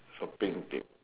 shopping tip